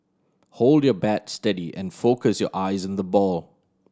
hold your bat steady and focus your eyes on the ball